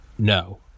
No